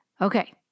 Okay